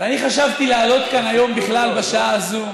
ואני חשבתי לעלות כאן היום בכלל בשעה הזאת